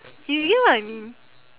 you get what I mean